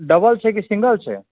double छै कि single छै